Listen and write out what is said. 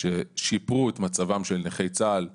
ששיפרו את מצבם של נכי צה"ל בערך.